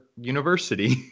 university